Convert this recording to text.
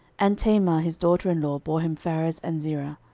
and tamar his daughter in law bore him pharez and zerah.